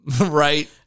right